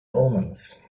omens